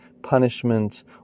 punishment